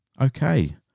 Okay